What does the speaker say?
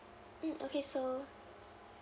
mm okay so